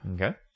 Okay